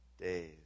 days